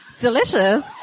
Delicious